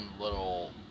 little